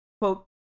Quote